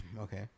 Okay